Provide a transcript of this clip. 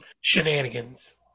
Shenanigans